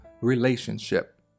relationship